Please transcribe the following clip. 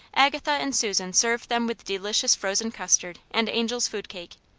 agatha and susan served them with delicious frozen custard and angel's food cake.